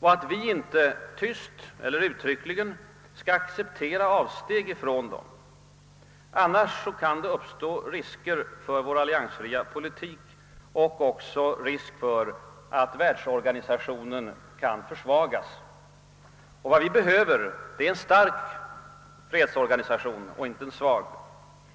och att vi inte tyst eller uttryckligen skall acceptera avsteg från dem. Annars kan det uppstå risker för vår alliansfria politik och även för att världsorganisationen skall försvagas. Och vad vi behöver är en stark fredsorganisation, inte en svag.